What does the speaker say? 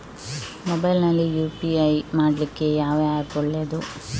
Mobile ನಲ್ಲಿ UPI ಮಾಡ್ಲಿಕ್ಕೆ ಯಾವ ಆ್ಯಪ್ ಒಳ್ಳೇದು?